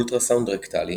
אולטרסאונד רקטלי,